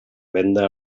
venda